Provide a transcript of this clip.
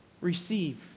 receive